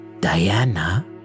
diana